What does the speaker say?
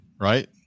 right